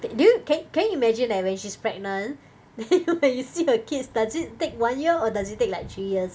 do you can can you imagine that when she's pregnant then you when you see her kids does it take one year or does it take like three years